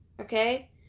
okay